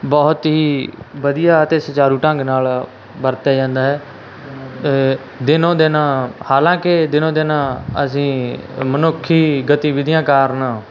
ਬਹੁਤ ਹੀ ਵਧੀਆ ਅਤੇ ਸੁਚਾਰੂ ਢੰਗ ਨਾਲ ਵਰਤਿਆ ਜਾਂਦਾ ਹੈ ਦਿਨੋ ਦਿਨ ਹਾਲਾਂਕਿ ਦਿਨੋ ਦਿਨ ਅਸੀਂ ਮਨੁੱਖੀ ਗਤੀਵਿਧੀਆਂ ਕਾਰਨ